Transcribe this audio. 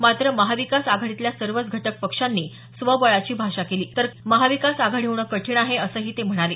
मात्र महाविकास आघाडीतल्या सर्वच घटक पक्षांनी स्वबळाची भाषा केली तर महाविकास आघाडी होणं कठीण आहे असंही ते म्हणाले